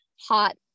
hot